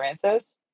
Francis